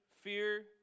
fear